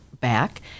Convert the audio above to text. back